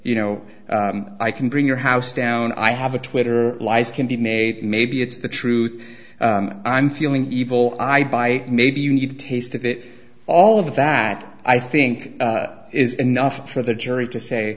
you know i can bring your house down i have a twitter lies can be made maybe it's the truth i'm feeling evil i buy maybe you've tasted it all of that i think is enough for the jury to say